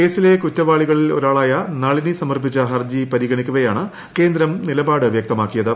കേസിലെ കുറ്റവാളികളിലൊരാളായ നളിനി സമർപ്പിച്ച ഹർജി പരിഗണിക്കവെയാണ് കേന്ദ്രം നിലപാട് വ്യക്തമാക്കിയത്